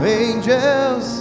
angels